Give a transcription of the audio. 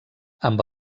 amb